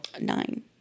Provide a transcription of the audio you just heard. Nine